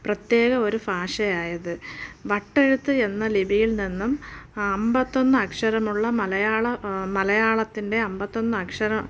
പ്രത്യേക ഒരു ഭാഷയായത് വട്ടെഴുത്ത് എന്ന ലിപിയിൽ നിന്നും അമ്പത്തൊന്ന് അക്ഷരമുള്ള മലയാള മലയാളത്തിൻ്റെ അമ്പത്തൊന്ന് അക്ഷര